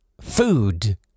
Food